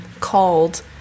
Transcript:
Called